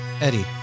Eddie